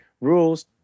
rules